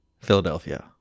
Philadelphia